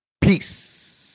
Peace